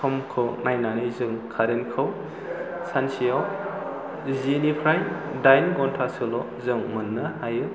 समखौ नायनानै जों कारेन्टखौ सानसेयाव जिनिफ्राय डाइन घन्टासोल' जों मोननो हायो